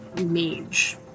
mage